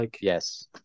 Yes